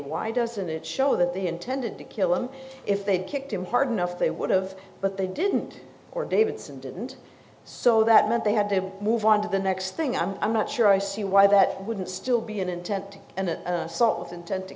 why doesn't it show that they intended to kill him if they kicked him hard enough they would have but they didn't or davidson didn't so that meant they had to move on to the next thing i'm i'm not sure i see why that wouldn't still be an intent and an assault with intent to